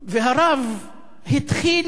והרב התחיל,